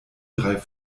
drei